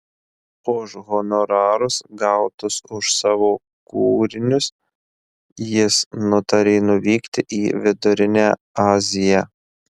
už honorarus gautus už savo kūrinius jis nutarė nuvykti į vidurinę aziją